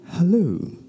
Hello